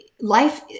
life